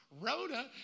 Rhoda